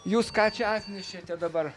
jūs ką čia atnešėte dabar